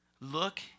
Look